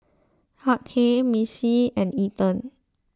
Hughey Missie and Ethen